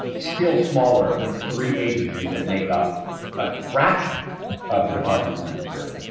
still smaller than three agencies that make up a fraction of the department of homeland security